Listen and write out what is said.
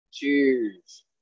Cheers